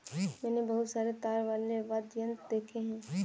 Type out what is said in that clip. मैंने बहुत सारे तार वाले वाद्य यंत्र देखे हैं